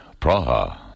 Praha